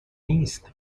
نیست